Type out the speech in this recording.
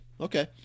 Okay